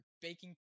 baking